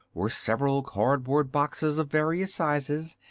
were several card-board boxes of various sizes,